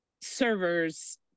servers